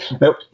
Nope